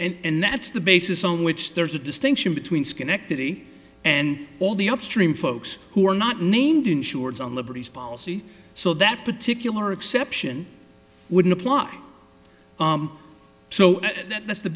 endorsement and that's the basis on which there's a distinction between schenectady and all the upstream folks who are not named insurance on liberties policy so that particular exception wouldn't apply so that's the